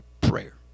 prayer